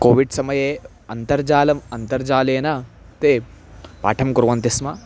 कोविड्समये अन्तर्जालम् अन्तर्जालेन ते पाठं कुर्वन्ति स्म